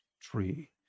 tree